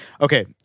Okay